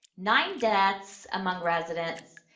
nine deaths among residents,